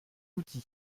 outil